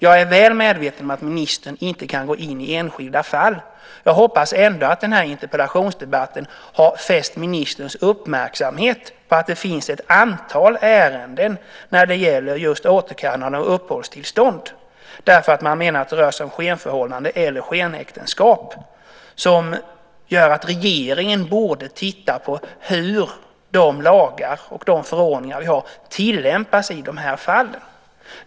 Jag är väl medveten om att ministern inte kan gå in i enskilda fall. Jag hoppas ändå att den här interpellationsdebatten har fäst ministerns uppmärksamhet på att det finns ett antal ärenden om just återkallande av uppehållstillstånd därför att man menar att det rör sig om skenförhållanden eller skenäktenskap som gör att regeringen borde titta på hur de lagar och förordningar vi har tillämpas i de här fallen.